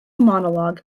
monologue